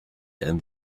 than